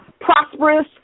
prosperous